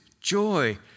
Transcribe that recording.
joy